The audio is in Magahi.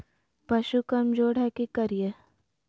पशु कमज़ोर है कि करिये?